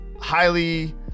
highly